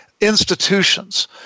institutions